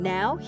Now